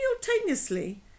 simultaneously